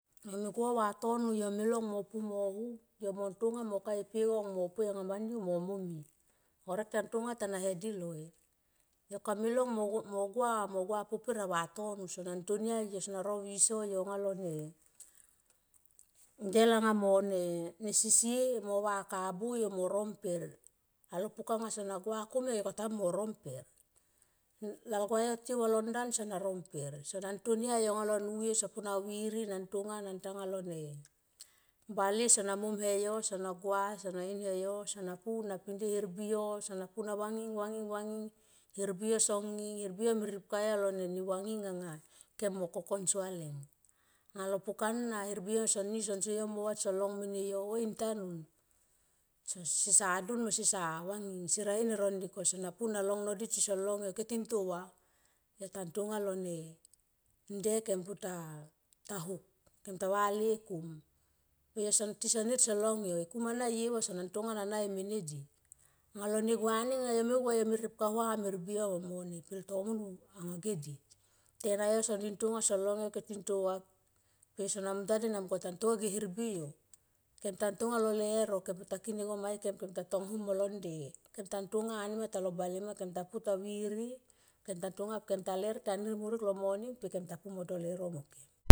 Yo me gua anga vatono yo me long mo pu me no huk, yo montong yo mo kae pe gong mo poi anga ma niu mo momi. Harek tan tonga ta nae di loi. Yo kame lang mo gua, mo sua poper a vatono sona ntonia sona no viso yo nga lone, del anga mone sisie mo va ka bu yo mo ro mper alo pukanga sona gua komla yo katamui mo ro mper. Lalgua yo tiou alo ndan sona ro mper sona tonia yo nga lo nuye sopu na viri na ntonga na ntanga lone bale sona mom ayo sona pu na bindie hermbi yo sona pu na vanging vanging hermbi yo song nging. Hermbi yo me ripka yo lo ne vanging anga kem mo kokon sualeng alo puka na hermbi yo son nir son so yo mo va son long mene yo a intanun sesa dum mosesa vanging sera in e roni ko sona puna long no di tisan long yo ike tin to va yo tantanga lo nde ikem ta huk kem ta va le kum pe tisan nir son long yo e kum ana ye va sona ntonga na nai mene di. Anga lo negua ning anga yo me gua yo me ripka vam e hermbi yo ma yo mone pultomun anga geditena yo son nintonga son long yo ike tin tova peyo sona mun tua di tantonga ge hermbi yo kemta tonga lo leuro kem puta kin e gom ai kem, kem ta tonga ni ma talo bale kem ta pu ta viri kem ta tonga ni ma talo bale kem ta pu ta viri kem ta tonga ni ma talo bale kem tapu ta viri kem ta tonga kem ta ler tanir marik lo moning mo to leuro mo kem.